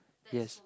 yes